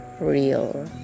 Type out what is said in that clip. real